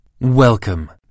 Welcome